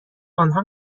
آنها